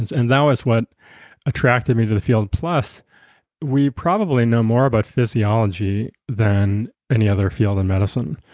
and that was what attracted me to the field. plus we probably know more about physiology than any other field in medicine.